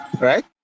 Right